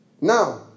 Now